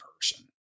person